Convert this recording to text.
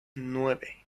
nueve